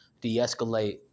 de-escalate